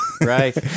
Right